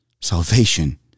Salvation